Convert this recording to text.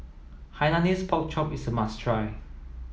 Hainanese pork chop is a must try